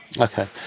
okay